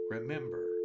remember